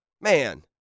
Man